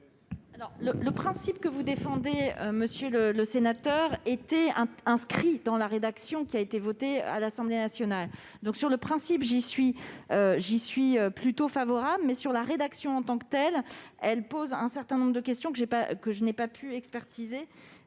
Le principe que vous défendez, monsieur le sénateur, était inscrit dans la rédaction qui a été adoptée à l'Assemblée nationale. J'y suis donc plutôt favorable, mais la rédaction de votre amendement pose un certain nombre de problèmes que je n'ai pas pu expertiser.